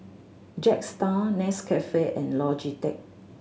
Jetstar Nescafe and Logitech